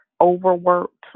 overworked